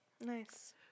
Nice